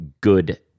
good